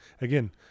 again